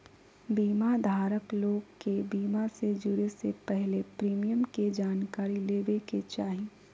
बीमा धारक लोग के बीमा से जुड़े से पहले प्रीमियम के जानकारी लेबे के चाही